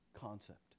concept